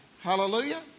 Hallelujah